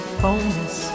bonus